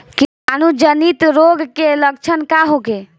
कीटाणु जनित रोग के लक्षण का होखे?